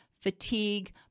fatigue